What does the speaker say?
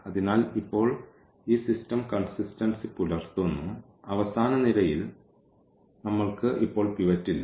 അതിനാൽ ഇപ്പോൾ ഈ സിസ്റ്റം കോൺസിസ്റ്റൻസി പുലർത്തുന്നു അവസാന നിരയിൽ നമ്മൾക്ക് ഇപ്പോൾ പിവറ്റ് ഇല്ല